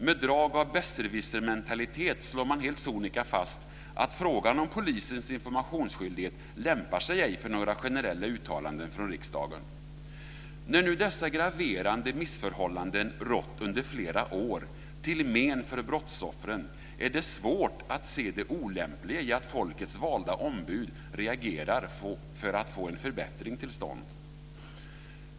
Med drag av besserwissermentalitet slår man helt sonika fast att frågan om polisens informationsskyldighet ej lämpar sig för några generella uttalanden från riksdagen. När nu dessa graverande missförhållanden rått under flera år, till men för brottsoffren, är det svårt att se det olämpliga i att folkets valda ombud reagerar för att få en förbättring till stånd.